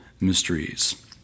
mysteries